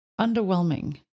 underwhelming